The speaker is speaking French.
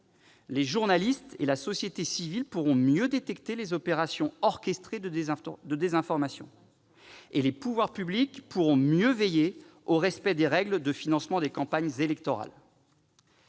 Les journalistes et la société civile pourront mieux détecter les opérations orchestrées de désinformation, et les pouvoirs publics pourront mieux veiller au respect des règles de financement des campagnes électorales.